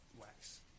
wax